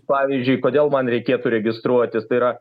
pavyzdžiui kodėl man reikėtų registruotis tai yra